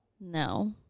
No